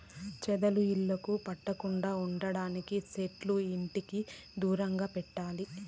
చెదలు ఇళ్లకు పట్టకుండా ఉండేకి సెట్లు ఇంటికి దూరంగా పెంచాలి